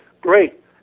great